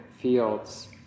fields